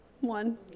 one